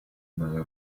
неї